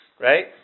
Right